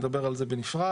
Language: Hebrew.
נדבר על זה בנפרד,